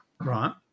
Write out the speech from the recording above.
right